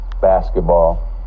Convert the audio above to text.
basketball